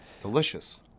Delicious